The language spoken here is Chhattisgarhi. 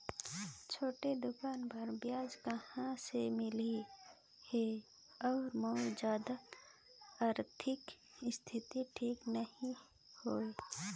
छोटे दुकान बर ब्याज कहा से मिल ही और मोर जादा आरथिक स्थिति ठीक नी हवे?